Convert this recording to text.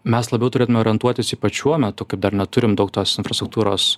mes labiau turėtume orientuotis ypač šiuo metu kai dar neturim daug tos infrastruktūros